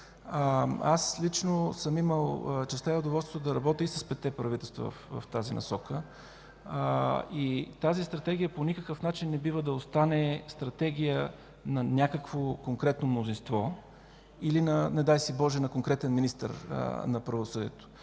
Аз лично съм имал честта и удоволствието да работя и с петте правителства в тази насока. Стратегията по никакъв начин не бива да остане стратегия на някакво конкретно мнозинство или, не дай си Боже, на конкретен министър на правосъдието.